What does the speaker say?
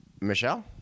Michelle